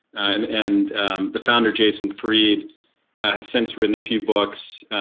and and the founder jason fried, i sense written a few books,